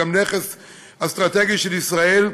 והיא גם נכס אסטרטגי של ישראל.